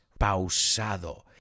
pausado